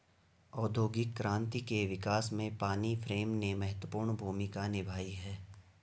औद्योगिक क्रांति के विकास में पानी फ्रेम ने महत्वपूर्ण भूमिका निभाई है